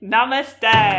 Namaste